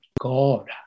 God